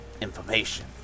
information